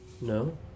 No